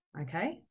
okay